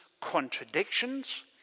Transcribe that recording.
contradictions